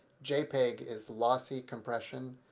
jpeg is lossy compression,